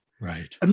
Right